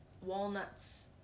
walnuts